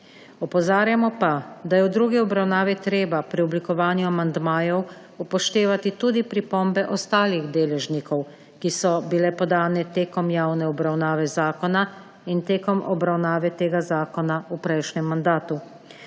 Opozarjamo pa, da je v drugi obravnavi treba pri oblikovanju amandmajev upoštevati tudi pripombe ostalih deležnikov, ki so bile podane tekom javne obravnave zakona in tekom obravnave tega zakona v prejšnjem mandatu.